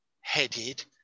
headed